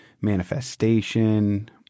manifestation